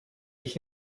ich